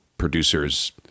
producers